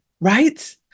right